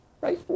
right